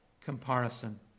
comparison